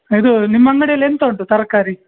ಇದು ನಿಮ್ಮ ಅಂಗಡಿಯಲ್ಲಿ ಎಂತ ಉಂಟು ತರಕಾರಿ